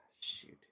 Shoot